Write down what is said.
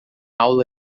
aula